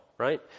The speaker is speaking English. right